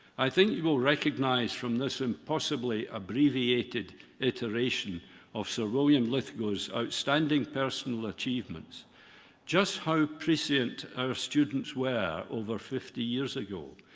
i think you will recognise from this impossibly abbreviated iteration of sir william lithgow's outstanding personal achievements just how prescient our students were over fifty years ago,